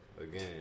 Again